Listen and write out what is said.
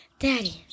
Daddy